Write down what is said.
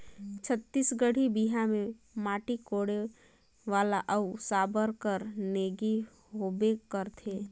छत्तीसगढ़ी बिहा मे माटी कोड़े वाला अउ साबर कर नेग होबे करथे